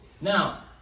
Now